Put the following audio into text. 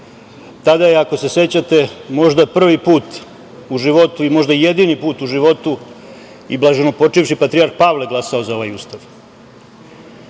Tada je, ako se sećate, možda prvi put u životu i možda jedini put u životu i blaženopočivši patrijarh Pavle glasao za ovaj Ustav.